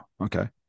okay